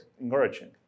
encouraging